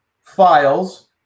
files